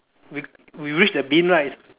we we reach the bin right